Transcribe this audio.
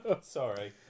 Sorry